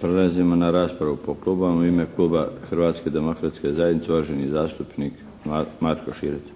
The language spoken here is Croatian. Prelazimo na raspravu po klubovima. U ime kluba Hrvatske demokratske zajednice, uvaženi zastupnik Marko Širac.